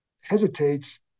hesitates